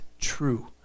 true